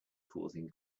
causing